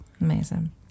Amazing